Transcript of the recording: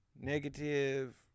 negative